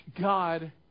God